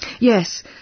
yes